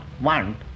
want